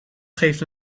geeft